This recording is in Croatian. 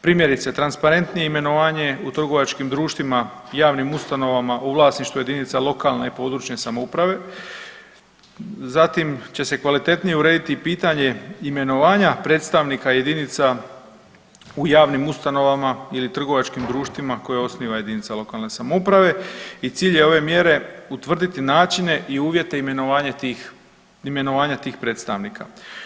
Primjerice, transparentnije imenovanje u trgovačkih društvima, javnim ustanovama u vlasništvu jedinica lokalne i područne samouprave, zatim će se kvalitetnije urediti pitanje imenovanja predstavnika jedinica u javnim ustanovama ili trgovačkim društvima koje osniva jedinica lokalne samouprave i cilj je ove mjere utvrditi načine i uvjete imenovanja tih predstavnika.